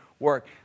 work